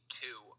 two